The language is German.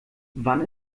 wann